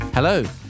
Hello